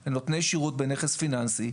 לנותני שירות בנכס פיננסי,